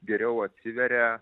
geriau atsiveria